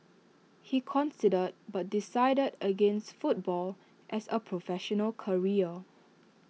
he considered but decided against football as A professional career